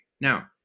Now